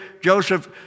Joseph